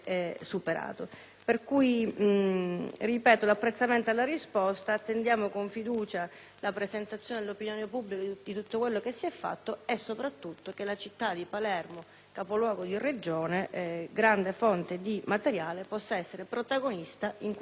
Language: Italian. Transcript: per la risposta del Sottosegretario; attendiamo con fiducia la presentazione all'opinione pubblica di tutto quello che si è fatto e soprattutto che la Città di Palermo, capoluogo di Regione, grande fonte di materiale, possa essere protagonista in questo processo.